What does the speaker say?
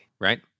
right